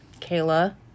Kayla